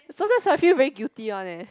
sometimes I feel very guilty one leh